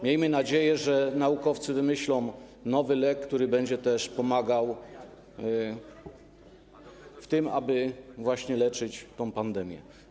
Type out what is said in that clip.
Miejmy nadzieję, że naukowcy wymyślą nowy lek, który będzie pomagał w tym, aby ograniczyć tę pandemię.